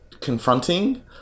confronting